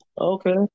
Okay